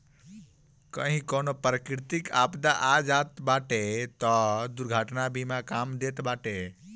कही कवनो प्राकृतिक आपदा आ जात बाटे तअ दुर्घटना बीमा काम देत बाटे